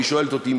היא שואלת אותי.